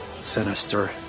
sinister